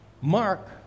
Mark